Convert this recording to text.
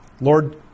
Lord